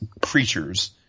creatures